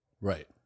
right